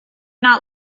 not